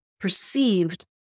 perceived